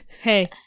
Hey